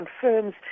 confirms